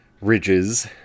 ridges